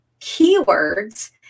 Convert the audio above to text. keywords